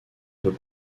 peut